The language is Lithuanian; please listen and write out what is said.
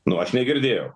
nu aš negirdėjau